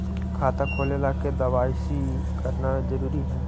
खाता खोले ला के दवाई सी करना जरूरी है?